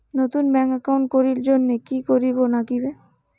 নতুন bank account করির জন্যে কি করিব নাগিবে?